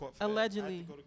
allegedly